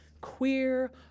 queer